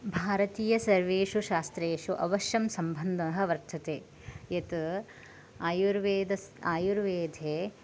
भारतीय सर्वेषु शास्त्रेषु अवश्यं सम्बन्धः वर्तते यत् आयुर्वेदस् आयुर्वेदे